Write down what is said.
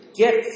get